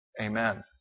amen